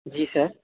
جی سر